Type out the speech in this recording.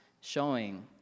showing